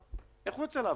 איך הוא יוצא לעבודה?